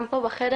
גם פה בחדר,